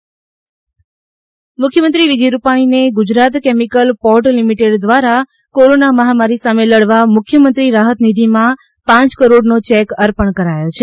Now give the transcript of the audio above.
મુખ્યમંત્રી રાહતનિધિ મુખ્યમંત્રી વિજય રૂપાણીને ગુજરાત કેમકલ પોર્ટ લિમમટેડ દ્વરા કોરોના મહામારી સામે લડવા મુખ્યમંત્રી રાહતનિધિમાં પાંચ કરોડનો ચેક અર્પણ કરાયો છે